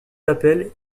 appels